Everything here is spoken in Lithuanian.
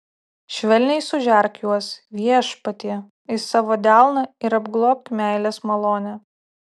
švelniai sužerk juos viešpatie į savo delną ir apglobk meilės malone